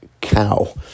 cow